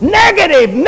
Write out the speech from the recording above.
negative